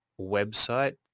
website